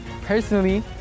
personally